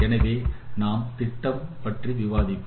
எனவே நாம் திட்டம் பற்றி விவாதித்தோம்